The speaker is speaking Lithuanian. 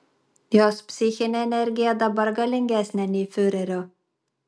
jos psichinė energija dabar galingesnė nei fiurerio